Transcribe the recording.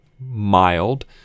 mild